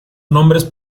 nombres